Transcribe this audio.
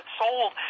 sold